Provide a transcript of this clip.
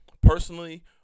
personally